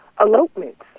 elopements